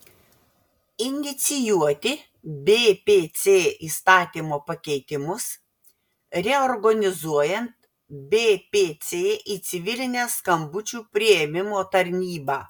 inicijuoti bpc įstatymo pakeitimus reorganizuojant bpc į civilinę skambučių priėmimo tarnybą